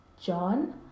John